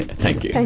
thank you.